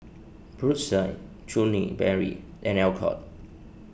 Brotzeit Chutney Mary and Alcott